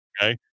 Okay